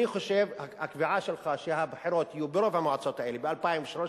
אני חושב שהקביעה שלך שיהיו בחירות ברוב המועצות האלה ב-2013,